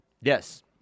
Yes